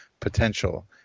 Potential